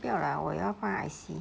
不要 lah 我要放 Etsy